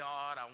God